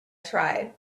tried